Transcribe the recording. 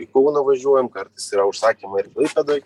į kauną važiuojam kartais yra užsakymą ir klaipėdoj